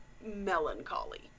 melancholy